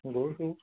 গৈছোঁ